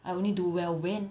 I only do well when